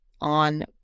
on